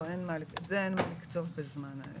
אין מה לקצוב בזמן.